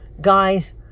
guys